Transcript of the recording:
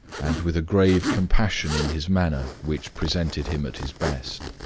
and with a grave compassion in his manner which presented him at his best.